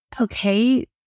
Okay